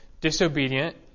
disobedient